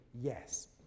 yes